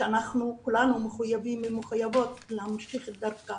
שאנחנו כולנו מחויבים ומחויבות להמשיך את דרכה.